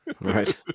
Right